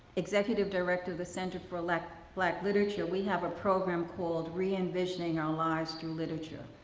executive director of the center for black black literature, we have a program called re-envisioning our lives through literature.